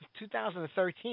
2013